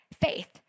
faith